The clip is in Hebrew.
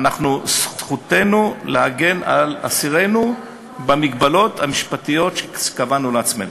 שזכותנו להגן על אסירינו במגבלות המשפטיות שקבענו לעצמנו.